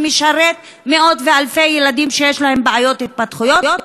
שמשרת מאות ואלפי ילדים שיש להם בעיות התפתחותיות,